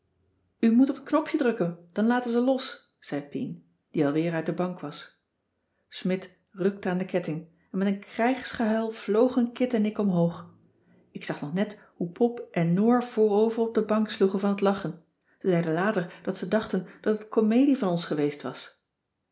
moet op t knopje drukken dan laten ze los zei pien die al weer uit de bank was smidt rukte aan de ketting en met een krijgsgehuil vlogen kit en ik omhoog ik zag nog net hoe pop en noor voor over op de bank sloegen van t lachen ze zeiden later dat ze dachten dat het comedie van ons geweest was